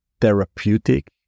therapeutic